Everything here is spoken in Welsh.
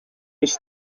oes